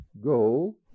go